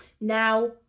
Now